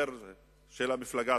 חדשות,